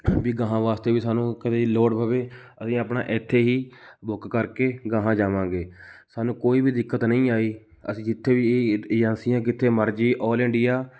ਵੀ ਅਗਾਹਾਂ ਵਾਸਤੇ ਵੀ ਸਾਨੂੰ ਕਦੇ ਲੋੜ ਪਵੇ ਅਸੀਂ ਆਪਣਾ ਇੱਥੇ ਹੀ ਬੁੱਕ ਕਰਕੇ ਅਗਾਹਾਂ ਜਾਵਾਂਗੇ ਸਾਨੂੰ ਕੋਈ ਵੀ ਦਿੱਕਤ ਨਹੀਂ ਆਈ ਅਸੀਂ ਜਿੱਥੇ ਵੀ ਇਹ ਏਜੰਸੀਆਂ ਜਿੱਥੇ ਮਰਜ਼ੀ ਔਲ ਇੰਡੀਆ